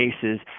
cases